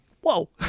Whoa